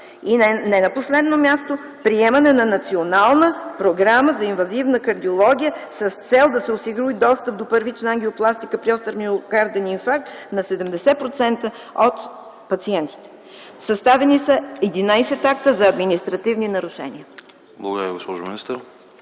И не на последно място, приемане на Национална програма за инвазивна кардиология с цел да се осигури достъп до първична ангиопластика при остър миокарден инфаркт на 70% от пациентите. Съставени са 11 акта за административни нарушения. ПРЕДСЕДАТЕЛ АНАСТАС